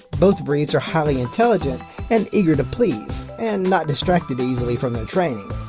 both breeds are highly intelligent and eager to please and not distracted easily from their training.